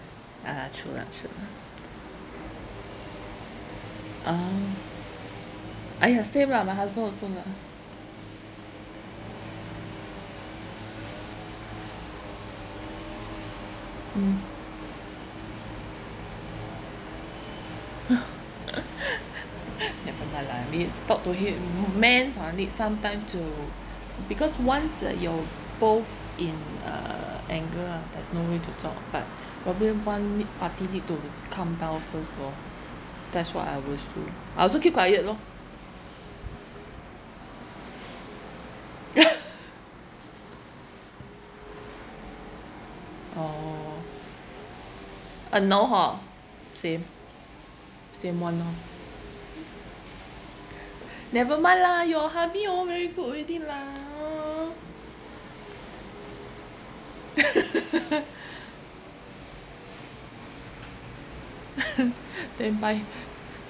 (uh huh) true lah true lah (uh huh) !aiya! same lah my husband also lah mm never mind lah I mean talk to him m~ mens orh need some time to because once uh you're both in uh anger ah there's no way to talk but probably one need party need to calm down first lor that's what I always do I also keep quiet lor oh uh no hor same same [one] orh never mind lah your hubby orh very good already lah then buy